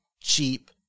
cheap